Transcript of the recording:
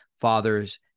fathers